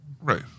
right